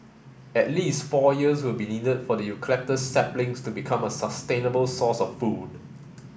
at least four years will be needed for the eucalyptus saplings to become a sustainable source of food